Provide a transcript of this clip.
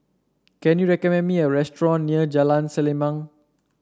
can you recommend me a restaurant near Jalan Selimang